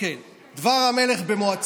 דבר המלך במועצתו.